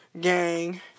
Gang